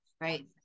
Right